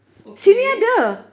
okay